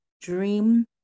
dream